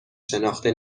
شناخته